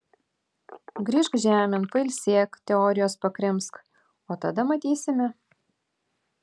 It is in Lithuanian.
grįžk žemėn pailsėk teorijos pakrimsk o tada matysime